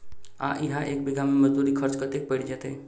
आ इहा एक बीघा मे मजदूरी खर्च कतेक पएर जेतय?